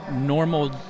normal